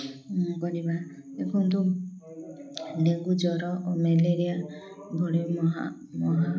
ବଢ଼ିବା ଦେଖନ୍ତୁ ଡେଙ୍ଗୁ ଜର ଓ ମ୍ୟାଲେରିଆ ଭଳି ମହା ମହା